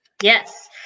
Yes